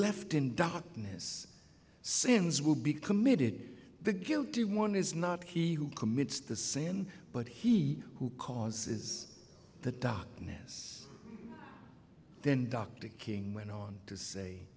left in darkness sins will be committed the guilty one is not he who commits the san but he who causes the darkness then dr king went on to say